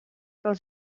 kan